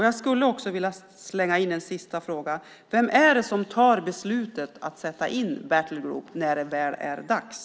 Jag skulle också vilja slänga in en sista fråga: Vem är det som fattar beslutet att sätta in Battlegroup när det väl är dags?